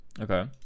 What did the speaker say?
Okay